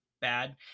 bad